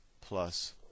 plus